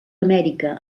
amèrica